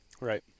right